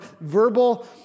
verbal